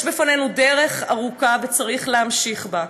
יש לפנינו דרך ארוכה, וצריך להמשיך בה.